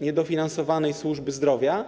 niedofinansowanej służby zdrowia.